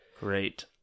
Great